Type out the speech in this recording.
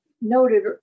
noted